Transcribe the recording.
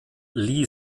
lee